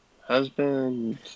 husband